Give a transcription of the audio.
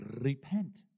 Repent